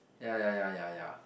ya ya ya ya ya